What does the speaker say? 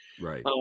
Right